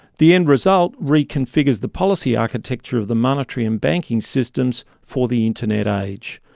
the end result re-configures the policy architecture of the monetary and banking systems for the internet age.